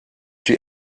you